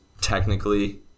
technically